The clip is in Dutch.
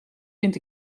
vind